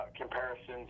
comparisons